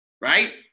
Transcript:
right